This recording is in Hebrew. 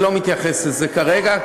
לזה כרגע,